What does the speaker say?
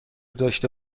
داشته